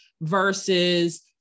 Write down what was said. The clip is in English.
versus